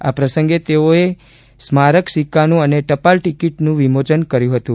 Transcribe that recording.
આ પ્રસંગે તેઓ એક સ્મારક સિક્કાનું અને ટપાલ ટીકીટનું વિમોચન કર્યું હતું